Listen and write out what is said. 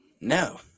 no